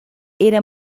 era